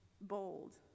bold